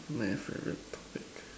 my favourite topic